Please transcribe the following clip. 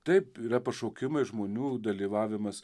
taip yra pašaukimai žmonių dalyvavimas